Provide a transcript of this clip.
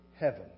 heaven